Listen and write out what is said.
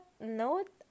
note